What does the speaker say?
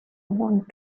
want